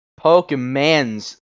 pokemon's